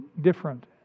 different